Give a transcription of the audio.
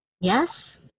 Yes